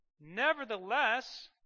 Nevertheless